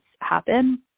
happen